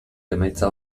emaitza